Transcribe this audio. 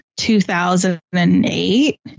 2008